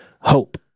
hope